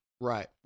Right